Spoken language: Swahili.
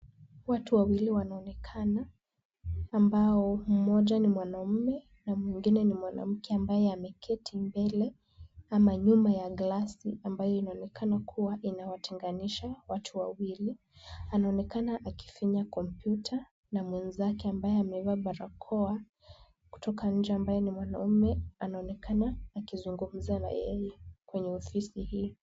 Watu wawili wanaonekana ambao mmoja ni mwanamme na mwingine ni mwanamke, ambaye ameketi mbele ama nyuma ya glasi , ambayo inaonekana kuwa inawatenganisha watu wawili. Anaonekana akifinya kompyuta na mwenzake ambaye amevaa barakoa kutoka nje ambaye ni mwanaume, anaonekana akizungumza na yeye kwenye ofisi hii.